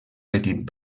petit